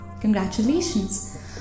congratulations